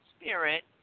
Spirit